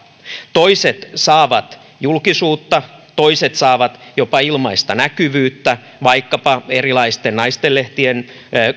toiset saavat julkisuutta toiset saavat jopa ilmaista näkyvyyttä vaikkapa erilaisten naistenlehtien